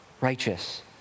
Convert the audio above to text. righteous